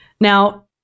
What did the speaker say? now